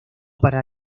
para